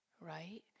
right